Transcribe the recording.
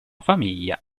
famiglia